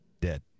dead